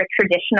traditional